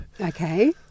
Okay